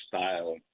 style